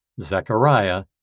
Zechariah